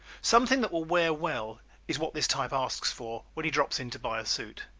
something that will wear well is what this type asks for when he drops in to buy a suit.